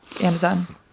Amazon